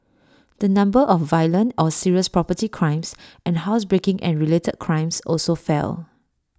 the number of violent or serious property crimes and housebreaking and related crimes also fell